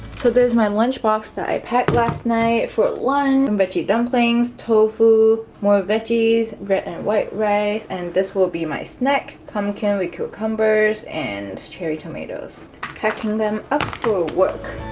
so there's my lunch box that i packed last night for lunch veggie dumplings tofu more veggies red and white rice and this will be my snack pumpkin with cucumbers and cherry tomatoes packing them up work